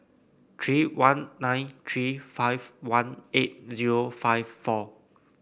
three one nine three five one eight zero five four